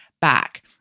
back